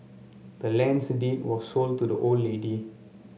the land's deed was sold to the old lady